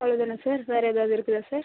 அவ்வளோ தானா சார் வேறு ஏதாவது இருக்குதா சார்